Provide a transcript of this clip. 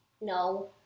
No